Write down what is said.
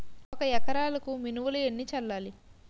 ఒక ఎకరాలకు మినువులు ఎన్ని చల్లాలి?